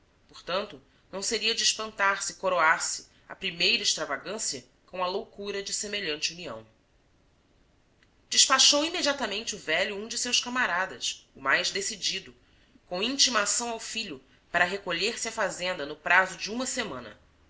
portanto não seria de espantar se coroasse a primeira extravagância com a loucura de semelhante união despachou imediatamente o velho um de seus camaradas o mais decidido com intimação ao filho para recolher-se à fazenda no prazo de uma semana